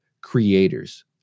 creators